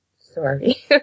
sorry